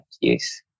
Yes